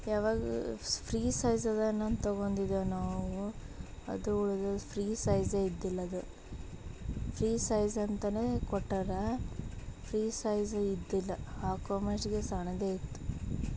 ಯಾವಾಗ ಸ free size ಅದ ಏನು ತೊಗೊಂಡಿದ್ದೇವೆ ನಾವು ಅದು ಉಳಿದು ಫ್ರೀ ಸೈಝ್ ಇದ್ದಿಲ್ಲದು ಫ್ರೀ ಸೈಝ್ ಅಂತಲೇ ಕೊಟ್ಟಾರ ಫ್ರೀ ಸೈಝ್ ಇದ್ದಿಲ್ಲ ಹಾಕೋಳೋಷ್ಟಕ್ಕೆ ಸಣ್ಣದೇ ಇತ್ತು